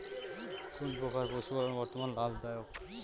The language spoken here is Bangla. কোন প্রকার পশুপালন বর্তমান লাভ দায়ক?